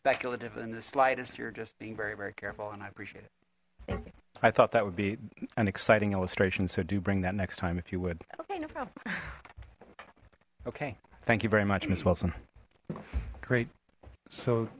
speculative in the slightest you're just being very very careful and i appreciate it i thought that would be an exciting illustration so do bring that next time if you would okay thank you very much miss wilson great so